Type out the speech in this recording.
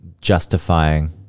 justifying